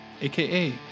aka